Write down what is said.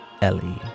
Ellie